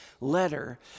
letter